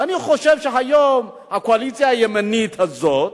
ואני חושב שהיום הקואליציה הימנית הזאת,